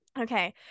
Okay